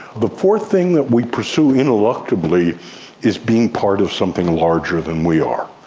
the fourth thing that we pursue ineluctably is being part of something larger than we are,